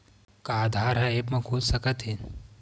का आधार ह ऐप म खुल सकत हे?